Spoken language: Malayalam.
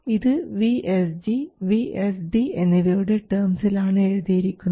ഇത് vSG vSD എന്നിവയുടെ ടേംസിൽ ആണ് എഴുതിയിരിക്കുന്നത്